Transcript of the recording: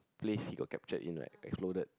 place he got captured in right exploded